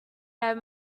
had